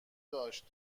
داشت